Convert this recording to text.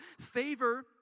Favor